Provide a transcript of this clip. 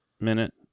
minute